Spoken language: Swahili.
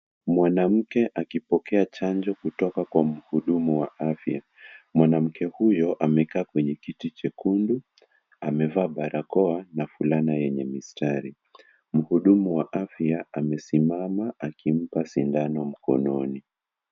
Mwanamke akipokea chanjo kutoka kwa mhudumu wa afya, mwanamke huyo amekaa kwenye kiti chekundu, amevaa barakoa na fulana yenye mistari, mhudumu wa afya amesimama akimpa sindano mkononi.